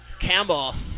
Campbell